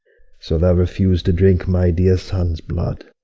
so thou refuse to drink my dear sons' blood.